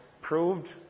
proved